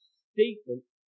statement